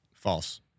False